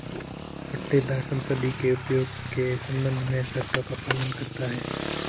पट्टेदार संपत्ति के उपयोग के संबंध में शर्तों का पालन करता हैं